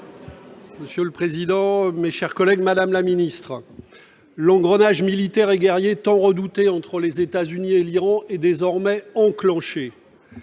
Monsieur le président, mes chers collègues, madame la secrétaire d'État, l'engrenage militaire et guerrier tant redouté entre les États-Unis et l'Iran est désormais enclenché.